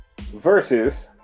versus